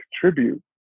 contribute